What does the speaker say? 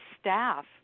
staff